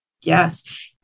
Yes